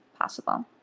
possible